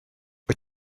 wyt